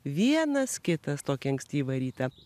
vienas kitas tokį ankstyvą rytą